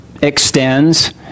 extends